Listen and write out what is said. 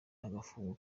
agafungwa